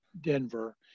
Denver